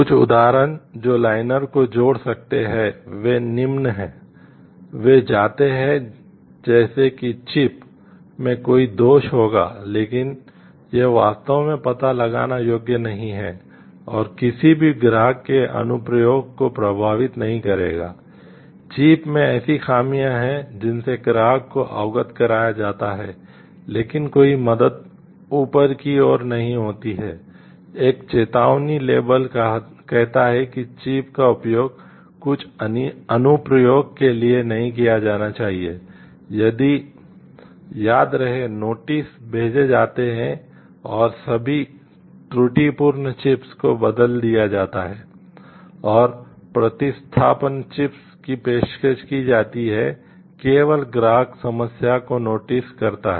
कुछ उदाहरण जो लाइनर को जोड़ सकते हैं वे निम्न हैं वे जाते हैं जैसे कि चिप करता है